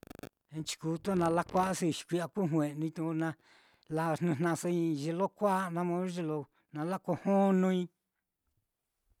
ye nchikutu á na lakua'asoi, xi kui'ya kuu jue'nui te ko na lajnɨjna'asoi i'i ye lo kua'a naá modo ye lo nala ko jonoi.